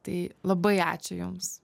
tai labai ačiū jums